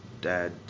dad